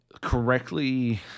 correctly